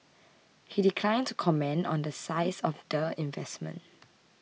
he declined to comment on the size of the investment